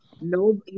No